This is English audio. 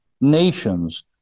nations